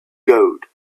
gold